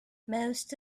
most